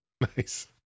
Nice